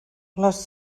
les